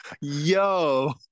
Yo